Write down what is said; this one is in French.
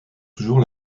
toujours